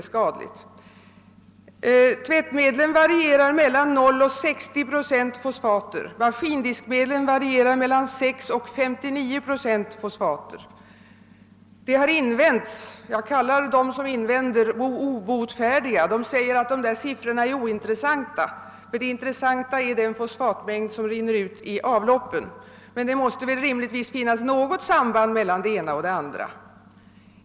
Fosfathalten i tvättmedlen varierar mellan 0 och 60 procent och i maskindiskmedlen mellan 6 och 59 procent. Det har invänts — jag kallar dem som invänder obotfärdiga — att dessa siffror är ointressanta, medan det intressanta skulle vara den fosfatmängd som rinner ut i avloppen. Men det måste rimligtvis finnas något samband mellan det ena och det andra.